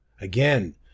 Again